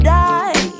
die